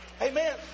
Amen